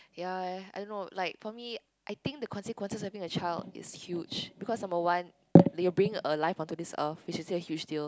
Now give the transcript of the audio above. ya ya ya I don't know like for me I think the consequences having a child is huge because number one you'll bring a life onto this Earth which is a huge deal